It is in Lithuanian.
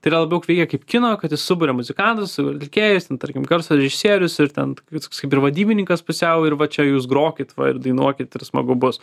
tai yra labiau veikia kaip kino kad jis suburia muzikantus atlikėjus ten tarkim garso režisierius ir ten toks kaip ir vadybininkas pusiau ir va čia jūs grokit va ir dainuokit ir smagu bus